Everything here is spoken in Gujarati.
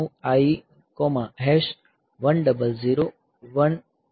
તેથી MOV IE10010000 B છે